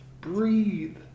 breathe